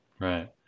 Right